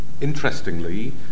interestingly